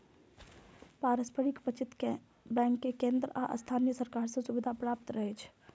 पारस्परिक बचत बैंक कें केंद्र आ स्थानीय सरकार सं सुविधा प्राप्त रहै छै